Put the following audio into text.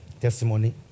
Testimony